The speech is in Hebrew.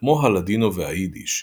כמו הלאדינו והיידיש,